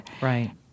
Right